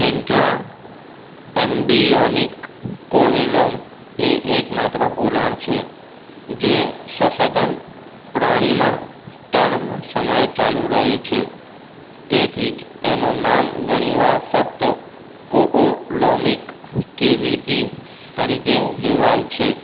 intra embryonic coelom એ એકમાત્ર પોલાણ છે જે સસ્તન પ્રાણીમાં ટર્મ સમયે ચાલુ રહે છે તેથી જ તેનું નામ ઘણીવાર ફક્ત કોઓલોમિક કેવિટી તરીકે લેવાય છે